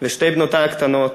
לשתי בנותי הקטנות,